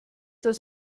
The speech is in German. das